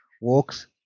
walks